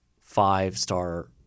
five-star